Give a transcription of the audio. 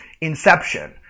Inception